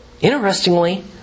Interestingly